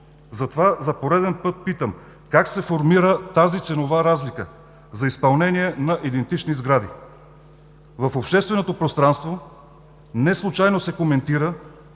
Затова за пореден път питам: как се формира тази ценова разлика за изпълнение на идентични сгради? В общественото пространство неслучайно се коментира,